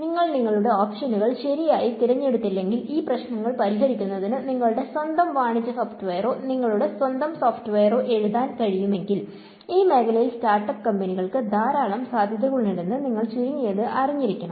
നിങ്ങൾ നിങ്ങളുടെ ഓപ്ഷനുകൾ ശരിയായി തിരഞ്ഞെടുത്തില്ലെങ്കിൽ ഈ പ്രശ്നങ്ങൾ പരിഹരിക്കുന്നതിന് നിങ്ങളുടെ സ്വന്തം വാണിജ്യ സോഫ്റ്റ്വെയറോ നിങ്ങളുടെ സ്വന്തം സോഫ്റ്റ്വെയറോ എഴുതാൻ കഴിയുമെങ്കിൽ ഈ മേഖലയിൽ സ്റ്റാർട്ടപ്പ് കമ്പനികൾക്ക് ധാരാളം സാധ്യതകളുണ്ടെന്ന് നിങ്ങൾ ചുരുങ്ങിയത് അറിഞ്ഞിരിക്കണം